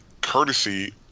courtesy